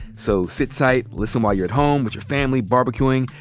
so sit tight, listen while you're at home with your family barbecuing.